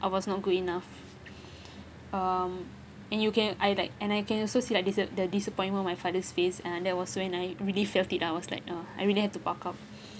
I was not good enough um and you can I like and I can also see like disa~ the disappointment on my father's face and that was when I really felt it lah I was like uh I really have to buck up